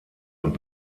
und